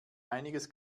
einiges